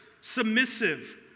Submissive